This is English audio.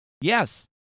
Yes